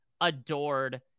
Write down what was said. adored